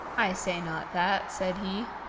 i say not that, said he.